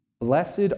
Blessed